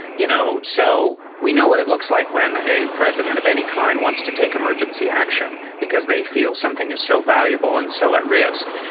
you know, so we know what it looks like when a president of any kind wants to take emergency action because they feel something is so valuable and so at risk.